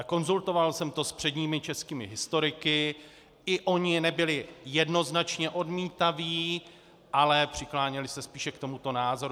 Konzultoval jsem to s předními českými historiky, i oni nebyli jednoznačně odmítaví, ale přikláněli se spíše k tomuto názoru.